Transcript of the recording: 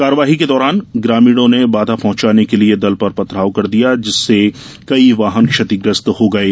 कार्यवाही के दौरान ग्रामीणों ने बाधा पहुंचाने के लिये दल पर पथराव कर दिया जिससे कई वाहन क्षतिग्रस्त हो गये